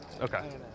okay